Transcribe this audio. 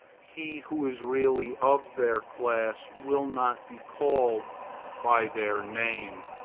he who is really of their class will not be called by their name,